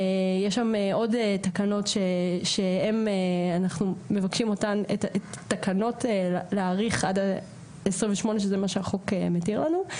יש שם עוד תקנות שאנחנו מבקשים להאריך עד ה-28 שזה מה שהחוק מתיר לנו.